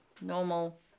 normal